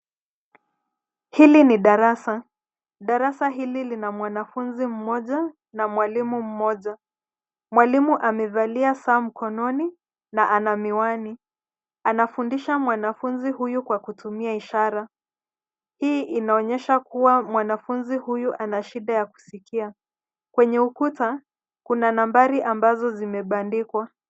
Hili ni darasa. Darasa hili lina mwanafunzi mmoja na mwalimu mmoja .Mwalimu amevalia sa mkononi na ana miwani. Anafundisha mwanafunzi huyu kwa kutumia ishara. Hii inaonyesha kuwa mwanafunzi huyu ana shida ya kusikia. Kwenye ukuta, kuna nambari ambazo zimebandikwa.